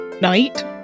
night